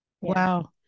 Wow